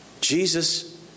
Jesus